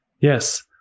Yes